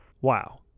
Wow